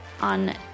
on-